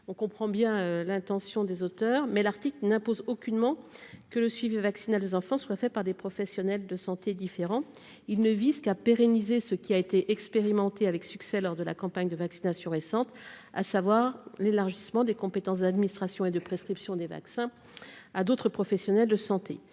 on comprend bien l'intention des auteurs, mais l'article n'impose aucunement que le suivi vacciner les enfants soit fait par des professionnels de santé différent, il ne vise qu'à pérenniser ce qui a été expérimentée avec succès lors de la campagne de vaccination récente, à savoir l'élargissement des compétences de l'administration et de prescription des vaccins à d'autres professionnels de santé.